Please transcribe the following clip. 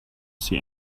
see